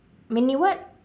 meaning what